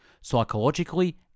psychologically